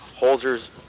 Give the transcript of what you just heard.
Holzer's